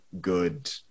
good